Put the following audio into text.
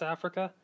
Africa